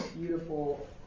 beautiful